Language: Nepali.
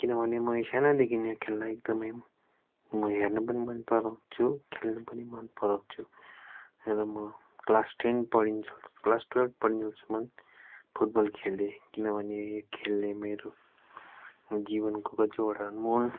किनभने मैले सानैदेखि नै खेल्न एकदमै म हेर्न पनि मन पराउँछु खेल्न पनि मन पराउँछु र म क्लास टेन पढिन्जेल क्लास टुवेल्भ पढिन्जेलसम्म फुटबल खेलेँ किनभने खेल्ने मेरो जीवनको कतिवटा अनमोल